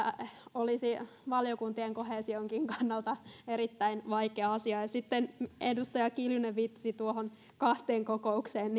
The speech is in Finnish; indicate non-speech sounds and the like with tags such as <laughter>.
olisi valiokuntien koheesionkin kannalta erittäin vaikea asia sitten edustaja kiljunen viittasi kahteen kokoukseen <unintelligible>